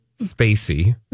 Spacey